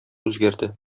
үзгәрде